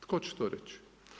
Tko će to reći.